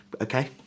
Okay